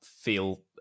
feel